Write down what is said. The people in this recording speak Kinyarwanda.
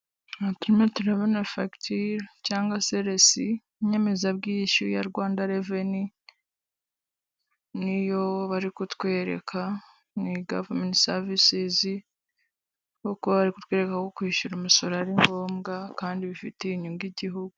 Aha turimo turabona fagitire cyangwa se resi; inyemezabwishyu ya Rwanda reveni ni yo bari kutwereka mu igavumenti savisizi. Kuko bari kutwereka ko kwishyura imisoro ari ngombwa, kandi bifitiye inyungu igihugu.